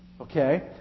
Okay